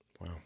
Wow